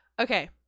okay